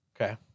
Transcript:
Okay